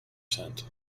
sent